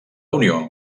unió